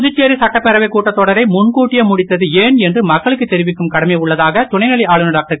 புதுச்சேரி சட்டப்பேரவை கட்டத் தொடரை முன்கூட்டியே முடித்தது ஏன் என்று மக்களுக்கு தெரிவிக்கும் கடமை உள்ளதாக துணைநிலை ஆளுதர் டாக்டர்